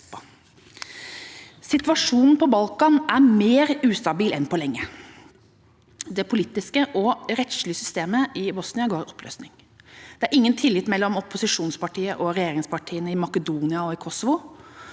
Situasjonen på Balkan er mer ustabil enn på lenge. Det politiske og rettslige systemet i Bosnia går i oppløsning. Det er ingen tillit mellom opposisjonspartiene og regjeringspartiene i Makedonia og i Kosovo.